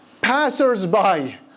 passers-by